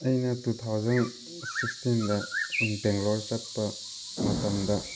ꯑꯩꯅ two thousand ꯁꯤꯛꯁꯇꯤꯟꯗ ꯕꯦꯡꯒꯂꯣꯔ ꯆꯠꯄ ꯃꯇꯝꯗ